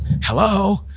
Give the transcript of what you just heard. Hello